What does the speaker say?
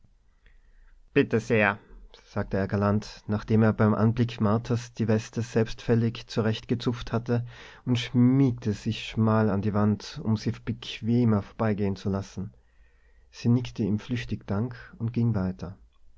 bitte sehr sagte er galant nachdem er beim anblick marthas die weste selbstgefällig zurechtgezupft hatte und schmiegte sich schmal an die wand um sie bequemer vorbeigehen zu lassen sie nickte ihm flüchtig dank und ging weiter